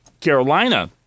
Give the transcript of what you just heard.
Carolina